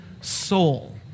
soul